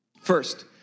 First